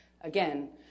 Again